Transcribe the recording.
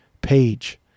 page